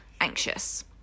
anxious